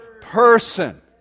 person